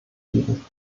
üben